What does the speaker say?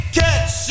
catch